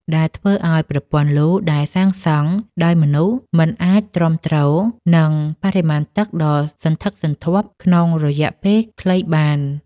ដែលធ្វើឱ្យប្រព័ន្ធលូដែលសាងសង់ដោយមនុស្សមិនអាចទ្រាំទ្រនឹងបរិមាណទឹកដ៏សន្ធឹកសន្ធាប់ក្នុងរយៈពេលខ្លីបាន។